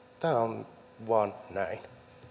tämä vain on näin